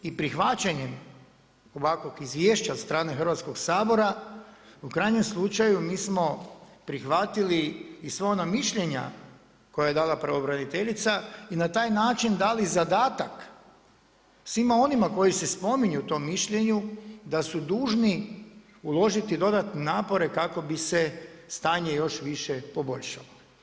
I prihvaćanjem ovakvom izvješća od strane Hrvatsko sabora, u krajnjem slučaju mi smo prihvatili i sva ona mišljenja koja je dala pravobraniteljica i na taj način dali zadatak svima onima koji se spominju u tom mišljenju da su dužni uložiti dodatne napore kako bi se stanje još više poboljšalo.